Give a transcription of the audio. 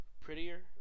prettier